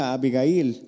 Abigail